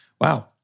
Wow